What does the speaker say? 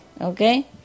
Okay